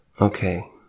Okay